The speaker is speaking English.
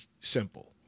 simple